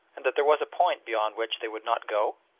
and that there was a point beyond which they would not go?